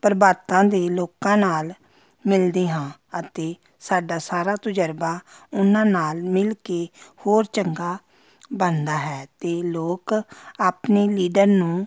ਪ੍ਰਭਾਤਾਂ ਦੇ ਲੋਕਾਂ ਨਾਲ ਮਿਲਦੇ ਹਾਂ ਅਤੇ ਸਾਡਾ ਸਾਰਾ ਤਜ਼ਰਬਾ ਉਹਨਾਂ ਨਾਲ ਮਿਲ ਕੇ ਹੋਰ ਚੰਗਾ ਬਣਦਾ ਹੈ ਅਤੇ ਲੋਕ ਆਪਣੇ ਲੀਡਰ ਨੂੰ